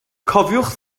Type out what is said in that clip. cofiwch